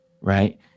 right